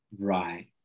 Right